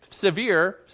severe